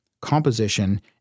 composition